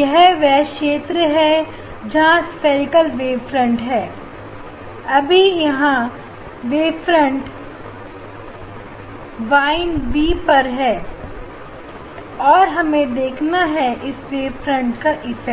यह वह क्षेत्र है जहां स्पिरेकल वेवफ्रंट है अभी यहां वेवफ्रंट वाइन पी पर है और हमें देखना है इस वेवफ्रंट का इफेक्ट